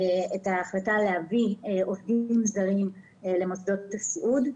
ההחלטה להביא עובדים זרים למוסדות הסיעוד.